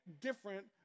different